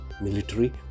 military